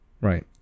right